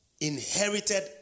Inherited